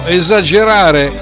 esagerare